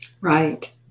Right